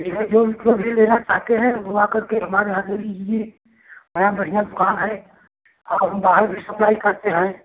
ठीक है जो भी सब्ज़ी लेना चाहते हो वह आकर के हमारे यहाँ ले लीजिए यहाँ बढ़िया दुकान है और हम बाहर भी सप्लाई करते हैं